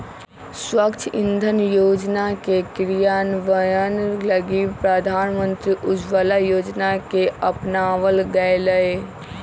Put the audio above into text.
स्वच्छ इंधन योजना के क्रियान्वयन लगी प्रधानमंत्री उज्ज्वला योजना के अपनावल गैलय